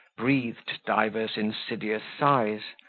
breathed divers insidious sighs,